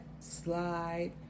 slide